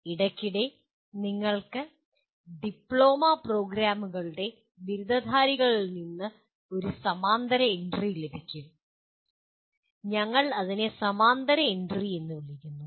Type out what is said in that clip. ഇടയ്ക്കിടെ നിങ്ങൾക്ക് ഡിപ്ലോമ പ്രോഗ്രാമുകളുടെ ബിരുദധാരികളിൽ നിന്ന് ഒരു സമാന്തര എൻട്രി ലഭിക്കും ഞങ്ങൾ അതിനെ സമാന്തര എൻട്രി എന്ന് വിളിക്കുന്നു